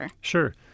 Sure